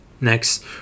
Next